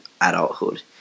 adulthood